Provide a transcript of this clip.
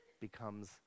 becomes